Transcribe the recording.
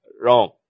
wrong